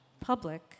public